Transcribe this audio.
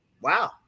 wow